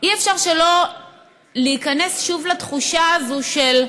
אי-אפשר שלא להיכנס שוב לתחושה הזו של: